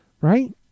Right